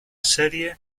serie